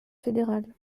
fédéral